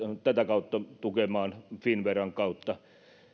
tätä kautta tukemaan finnveran kautta